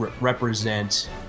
represent